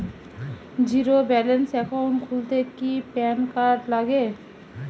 Zero balance account খুলতে কি PAN card লাগে?